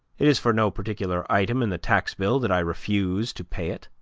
it is for no particular item in the tax bill that i refuse to pay it.